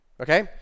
Okay